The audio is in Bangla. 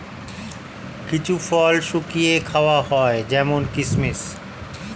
কিছু ফল শুকিয়ে খাওয়া হয় যেমন কিসমিস